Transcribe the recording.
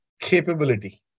capability